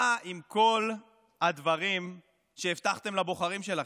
מה עם כל הדברים שהבטחתם לבוחרים שלכם?